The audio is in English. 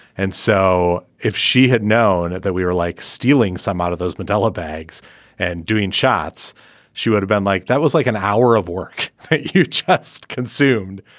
and so if she had known that we were like stealing some out of those mandela bags and doing shots she would have been like that was like an hour of work you just consumed.